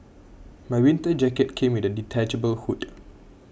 my winter jacket came with a detachable hood